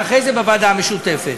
ואחרי זה בוועדה המשותפת.